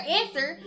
answer